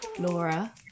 Laura